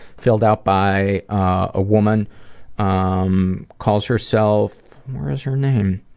filled out by a woman um calls herself where is her name